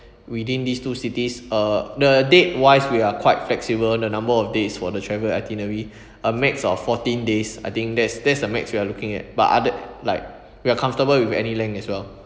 within these two cities uh the date-wise we are quite flexible the number of days for the travel itinerary a max of fourteen days I think there's there's a max we are looking at but other like we are comfortable with any length as well